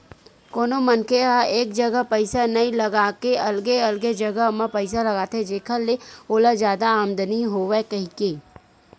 कोनो मनखे ह एक जगा पइसा नइ लगा के अलगे अलगे जगा म पइसा लगाथे जेखर ले ओला जादा आमदानी होवय कहिके